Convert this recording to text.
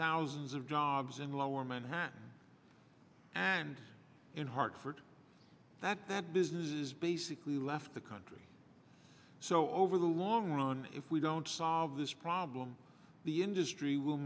thousands of jobs in lower manhattan and in hartford that that business has basically left the country so over the long run if we don't solve this problem the industry will